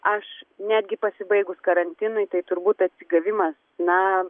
aš netgi pasibaigus karantinui tai turbūt atsigavimas na